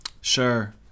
Sure